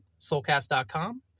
soulcast.com